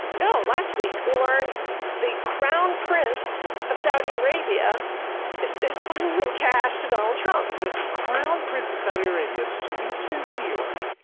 no, last week, we learned the crowned prince of saudi arabia is is funneling cash to donald trump. this crowned prince of saudi arabia sweeps into new york,